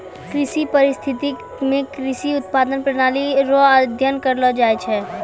कृषि परिस्थितिकी मे कृषि उत्पादन प्रणाली रो अध्ययन करलो जाय छै